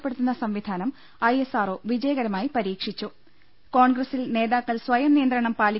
പ്പെടുത്തുന്ന സംവിധാനം ഐ ശ്രിസ് R O വിജയകരമായി പരീക്ഷിച്ചു കോൺഗ്രസിൽ നേതാക്കൾ സ്വയം നിയന്ത്രണം പാലി